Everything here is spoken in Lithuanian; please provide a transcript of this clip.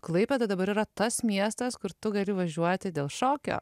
klaipėda dabar yra tas miestas kur tu gali važiuoti dėl šokio